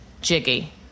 Jiggy